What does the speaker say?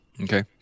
Okay